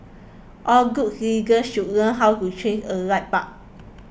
all good citizens should learn how to change a light bulb